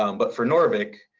um but for noorvik,